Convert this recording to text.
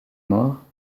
morts